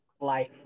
life